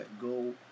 go